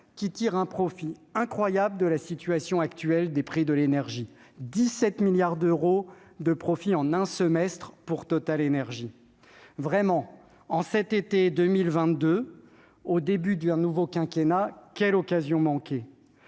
qui tirent un profit incroyable de la situation actuelle des prix de l'énergie : quelque 17 milliards d'euros en un semestre pour TotalEnergies. Vraiment, en cet été 2022, au début d'un nouveau quinquennat, quelle occasion manquée !